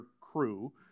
crew